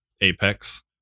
Apex